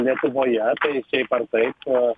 lietuvoje tai šiaip ar taip o